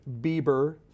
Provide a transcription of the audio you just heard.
Bieber